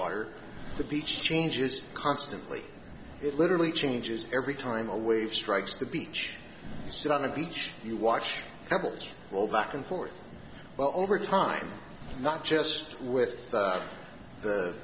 water the beach changes constantly it literally changes every time a wave strikes the b each sit on a beach you watch everett's well back and forth but over time not just with